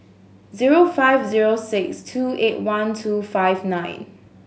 zero five zero six two eight one two five nine